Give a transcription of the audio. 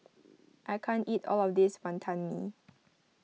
I can't eat all of this Wantan Mee